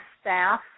staff